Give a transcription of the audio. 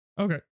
Okay